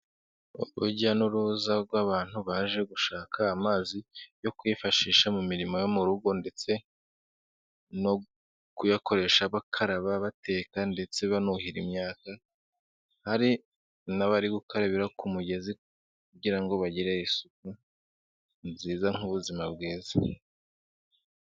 Urujya n'uruza rw'abantu baje gushaka amazi yo kwifashisha mu mirimo yo mu rugo ndetse no kuyakoresha bakaraba, bateka ndetse banuhira imyaka, hari n'abari gukarabira ku mugezi kugira ngo bagire isuku nziza nk'ubuzima bwiza.